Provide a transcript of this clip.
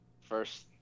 first